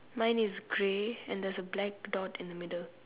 mine is grey and there is a black dot in the middle